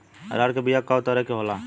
अरहर के बिया कौ तरह के होला?